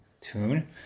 tune